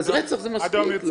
רצח זה מספיק.